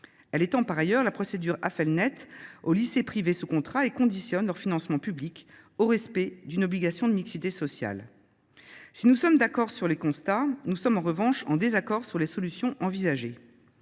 Elle étend par ailleurs la procédure Affelnet aux lycées privés sous contrat et conditionne leur financement public au respect d’une obligation de mixité sociale. Si nous sommes d’accord sur les constats, nous sommes en revanche en désaccord sur les solutions envisagées.